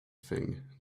thing